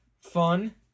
fun